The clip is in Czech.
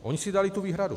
Oni si dali tu výhradu.